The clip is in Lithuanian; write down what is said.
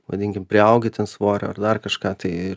vadinkim priaugi ten svorio ar dar kažką tai